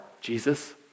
Jesus